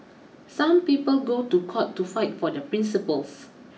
some people go to court to fight for their principles